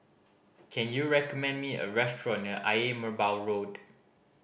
can you recommend me a restaurant near Ayer Merbau Road